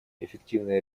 эффективное